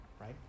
right